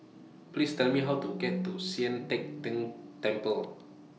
Please Tell Me How to get to Sian Teck Tng Temple